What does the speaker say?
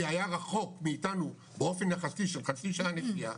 היה רחוק מאיתנו באופן יחסי של חצי שעה נסיעה,